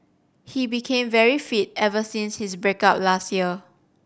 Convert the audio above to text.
he became very fit ever since his break up last year